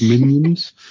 minions